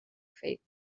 faith